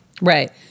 Right